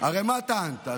הרי מה טענת?